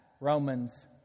Romans